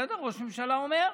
בסדר, ראש הממשלה אומר.